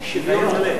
שוויון.